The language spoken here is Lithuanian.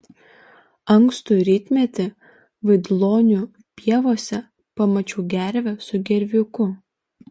ankstų rytmetį vaidlonių pievose pamačiau gervę su gerviuku